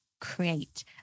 create